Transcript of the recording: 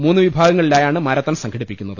മൂന്നുവിഭാഗങ്ങളിലായാണ് marathon സംഘടിപ്പിക്കുന്നത്